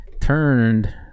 turned